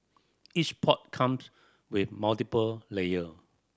each pot comes with multiple layer